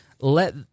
let